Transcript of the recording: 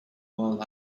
while